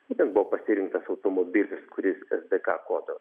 būtent buvo pasirinktas automobilis kuris es dė ka kodo